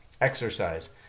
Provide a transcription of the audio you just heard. exercise